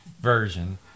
version